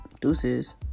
Deuces